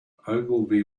ogilvy